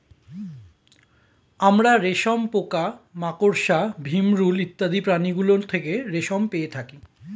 আমরা রেশম পোকা, মাকড়সা, ভিমরূল ইত্যাদি প্রাণীগুলো থেকে রেশম পেয়ে থাকি